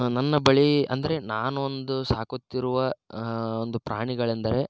ನನ್ನ ಬಳಿ ಅಂದರೆ ನಾನೊಂದು ಸಾಕುತ್ತಿರುವ ಒಂದು ಪ್ರಾಣಿಗಳೆಂದರೆ